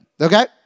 Okay